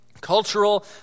Cultural